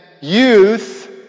youth